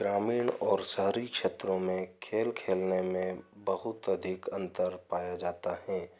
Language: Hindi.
ग्रामीण और शहरी क्षेत्रों में खेल खेलने में बहुत अधिक अंतर पाया जाता है